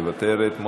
מוותרת,